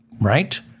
Right